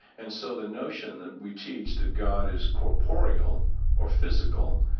and so the notion that we teach that god is corporeal or physical,